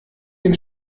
den